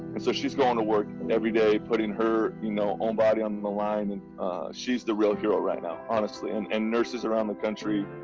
and so she's going to work every day, putting her, you know, own body on the line. and she's the real hero right now honestly, and and nurses around the country,